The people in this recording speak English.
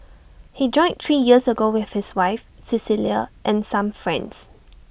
he joined three years ago with his wife Cecilia and some friends